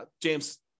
James